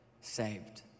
saved